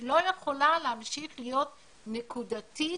היא לא יכולה להמשיך להיות נקודתית